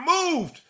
removed